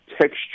texture